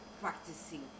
practicing